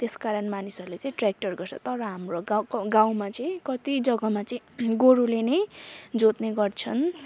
त्यसकारण मानिसहरूले चाहिँ ट्रेक्टर गर्छ तर हाम्रो गाउँको गाउँमा चाहिँ कति जग्गामा चाहिँ गोरुले नै जोत्ने गर्छन्